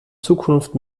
zukunft